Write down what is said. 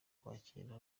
kwakira